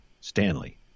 Stanley